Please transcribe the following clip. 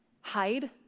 hide